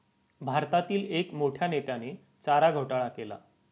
भारतातील एक मोठ्या नेत्याने चारा घोटाळा केला